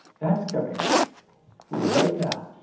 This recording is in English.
that's coming up right now,